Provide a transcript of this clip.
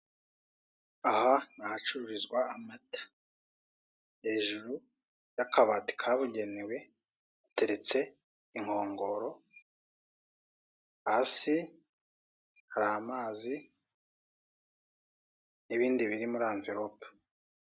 Aha ni ahacururizwa amata, hejuru y'akabati kabugenewe hateretse inkongoro hasi hari amazi n'ibindi biri muri envirope.